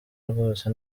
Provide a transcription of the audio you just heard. rwose